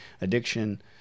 addiction